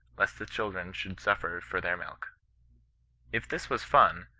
lest the children should suffer for their milk if this was fun,